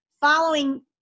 Following